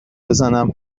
بزنم